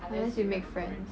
unless you make friends ya